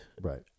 right